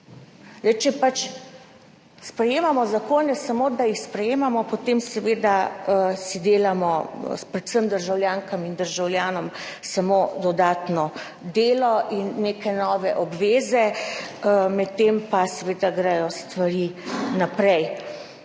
Če sprejemamo zakone samo, da jih sprejemamo, potem delamo predvsem državljankam in državljanom samo dodatno delo in neke nove obveze, medtem pa grejo stvari naprej.